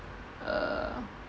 uh